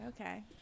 Okay